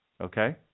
Okay